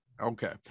Okay